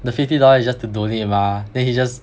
the fifty dollars is just to donate mah then he just